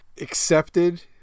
accepted